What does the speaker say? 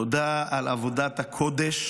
תודה על עבודת הקודש